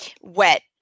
wet